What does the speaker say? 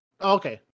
Okay